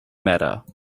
matter